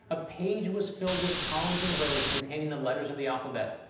a page was filled with columns and rows containing the letters of the alphabet.